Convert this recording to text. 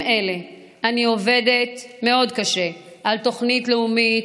אלה אני עובדת מאוד קשה על תוכנית לאומית,